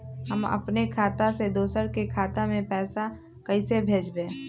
हम अपने खाता से दोसर के खाता में पैसा कइसे भेजबै?